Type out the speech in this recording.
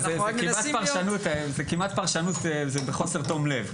זוהי כמעט פרשנות בחוסר תום לב.